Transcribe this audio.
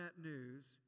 news